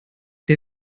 der